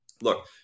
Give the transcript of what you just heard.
look